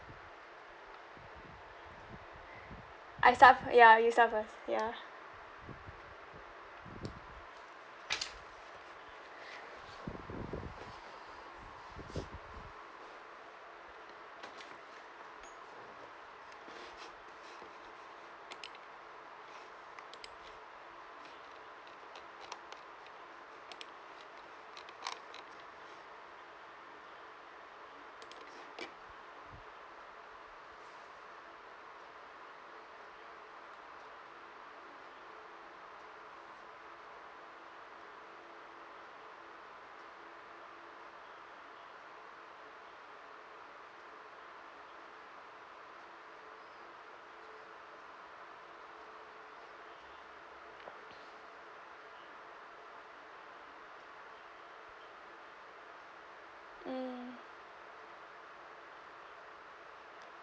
I start ya you start first ya mm